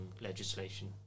legislation